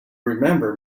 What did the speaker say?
remember